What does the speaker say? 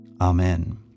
Amen